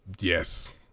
yes